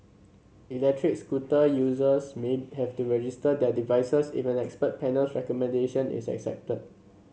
electric scooter users may have to register their devices if an expert panel's recommendation is accepted